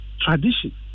tradition